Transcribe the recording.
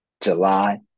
July